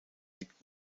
liegt